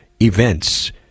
Events